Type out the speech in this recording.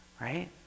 right